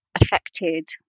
affected